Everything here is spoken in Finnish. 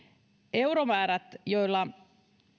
euromäärät joilla